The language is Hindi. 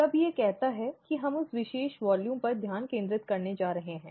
सब यह कहता है कि हम उस विशेष मात्रा पर ध्यान केंद्रित करने जा रहे हैं